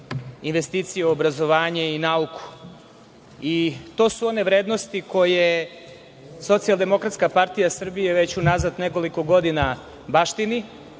investicije u obrazovanje i nauku. To su one vrednosti koje Socijaldemokratska partija Srbije već unazad nekoliko godina baštini,